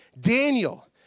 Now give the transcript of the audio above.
Daniel